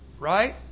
right